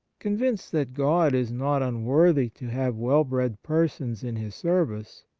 convinced that god is not unworthy to have well-bred persons in his service,